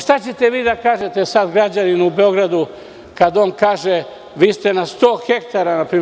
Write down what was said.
Šta ćete vi da kažete sad građaninu u Beogradu kad on kaže vi ste na 100 ha…